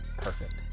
perfect